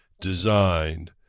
designed